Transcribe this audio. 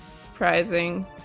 Surprising